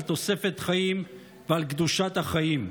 על תוספת חיים ועל קדושת החיים,